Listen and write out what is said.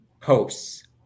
posts